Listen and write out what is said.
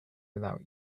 without